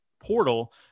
portal